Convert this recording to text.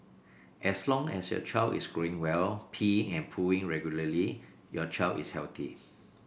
as long as your child is growing well peeing and pooing regularly your child is healthy